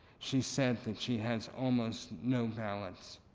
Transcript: she said that she has almost no balance.